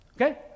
Okay